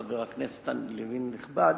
חבר הכנסת לוין הנכבד,